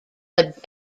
but